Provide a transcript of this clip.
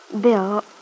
Bill